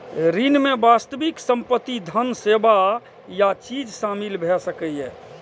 ऋण मे वास्तविक संपत्ति, धन, सेवा या चीज शामिल भए सकैए